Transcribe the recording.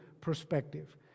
perspective